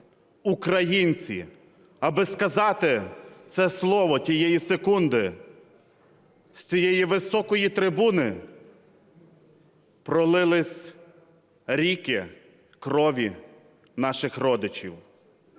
українці. Аби сказати це слово цієї секунди з цієї високої трибуни, пролилися ріки крові наших родичів.